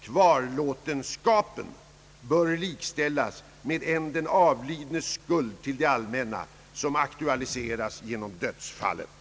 Kvarlåtenskapen bör likställas med en den avlidnes skuld till det allmänna som aktualiseras genom dödsfallet.